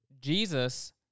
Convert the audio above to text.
Jesus